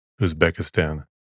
Uzbekistan